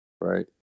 right